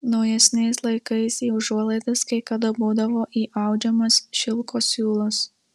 naujesniais laikais į užuolaidas kai kada būdavo įaudžiamas šilko siūlas